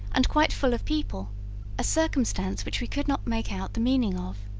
and quite full of people a circumstance which we could not make out the meaning of.